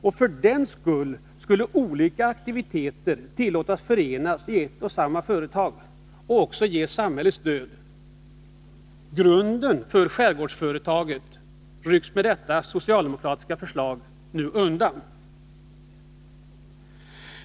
Därför skulle olika aktiviteter tillåtas bli förenade i ett och samma företag och också ges samhällets stöd. En av grunderna för skärgårdsföretaget rycks med detta socialdemokratiska förslag nu undan.